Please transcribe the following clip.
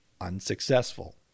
unsuccessful